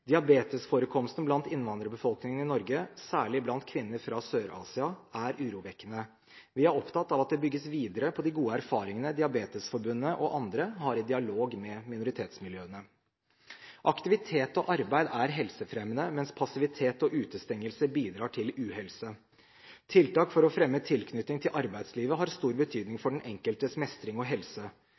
Diabetesforekomsten blant innvandrerbefolkningen i Norge, særlig blant kvinner fra Sør-Asia, er urovekkende. Vi er opptatt av at det bygges videre på de gode erfaringene Diabetesforbundet og andre har i dialog med minoritetsmiljøene. Aktivitet og arbeid er helsefremmende, mens passivitet og utestengelse bidrar til uhelse. Tiltak for å fremme tilknytning til arbeidslivet har stor betydning for den enkeltes mestring og helse.